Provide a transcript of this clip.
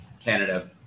Canada